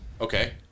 Okay